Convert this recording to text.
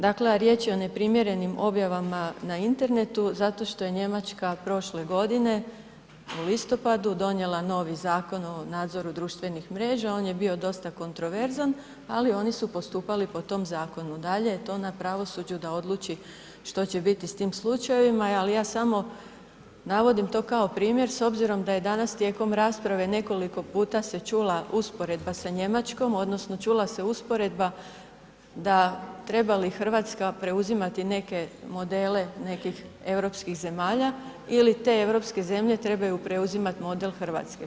Dakle a riječ je o neprimjerenim objavama na internetu zato što je Njemačka prošle godine u listopadu donijela novi Zakon o nadzoru društvenih mreža, on je bio dosta kontroverzan ali oni su postupali po tom zakonu, dalje je to na pravosuđu da odluči što će biti sa tim slučajevima ali ja samo navodim to kao primjer s obzirom da je danas tijekom rasprave nekoliko puta se čula usporedba sa Njemačkom, odnosno čula se usporedba da treba li Hrvatska preuzimati neke modele, nekih europskih zemalja ili te europske zemlje trebaju preuzimati model Hrvatske.